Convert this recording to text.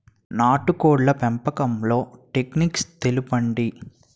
నాటుకోడ్ల పెంపకంలో టెక్నిక్స్ తెలుపండి?